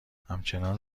همچنان